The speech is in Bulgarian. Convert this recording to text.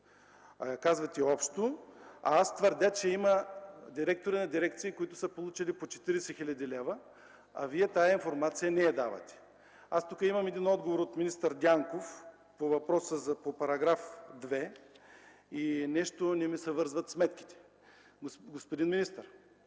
Казвате общо, а аз твърдя, че има директори на дирекции, които са получили по 40 хил. лв. Вие тази информация не я давате. Аз имам тук един отговор от министър Дянков по въпроса по § 2 и нещо не ми се връзват сметките. Господин министър,